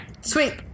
Sweet